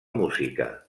música